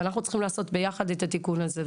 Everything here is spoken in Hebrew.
אנחנו צריכים לעשות ביחד את התיקון הזה.